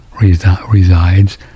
resides